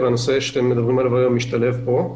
והנושא שאתם מדברים עליו היום משתלב פה.